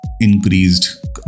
increased